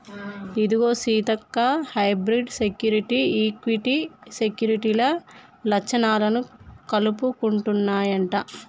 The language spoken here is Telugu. ఇదిగో సీతక్క హైబ్రిడ్ సెక్యురిటీ, ఈక్విటీ సెక్యూరిటీల లచ్చణాలను కలుపుకుంటన్నాయంట